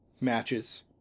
matches